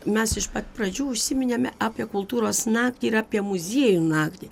mes iš pat pradžių užsiminėme apie kultūros naktį ir apie muziejų naktį